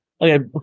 Okay